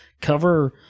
cover